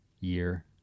year